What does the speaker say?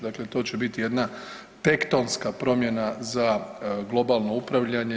Dakle, to će biti jedna tektonska promjena za globalno upravljanje.